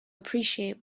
appreciate